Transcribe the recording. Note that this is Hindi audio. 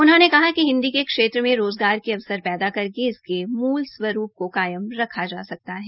उन्होंने कहा कि हिन्दी के क्षेत्र मे रोज़गार के अवसर पैदा करके इसके मूल स्वरूप को कायम रखा जा सकता है